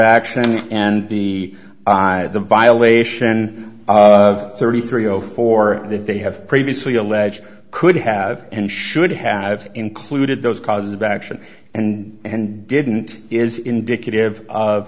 action and the the violation of thirty three zero four that they have previously alleged could have and should have included those cause of action and and didn't is indicative of